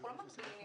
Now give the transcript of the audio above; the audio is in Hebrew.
זה לא חשוב אם זה